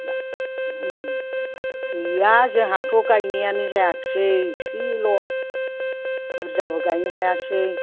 गैया जोंहाथ' गायनायानो जायाखिसै इसेल' बुरजाबो गायनो हायासै